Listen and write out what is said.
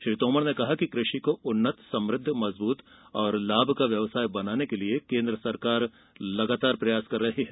श्री तोमर ने कहा कि कृषि को उन्नत समुद्ध मजबृत और लाभ का व्यवसाय बनाने के लिये केन्द्र सरकार लगातार प्रयास कर रही है